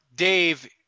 Dave